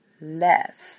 left